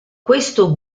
questo